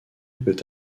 peut